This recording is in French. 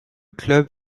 club